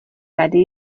tady